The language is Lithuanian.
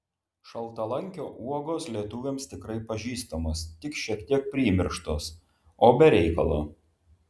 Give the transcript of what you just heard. šaltalankio uogos lietuviams tikrai pažįstamos tik šiek tiek primirštos o be reikalo